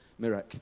Mirek